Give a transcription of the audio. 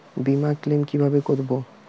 বিমা ক্লেম কিভাবে করব?